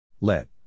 Let